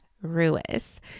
Ruiz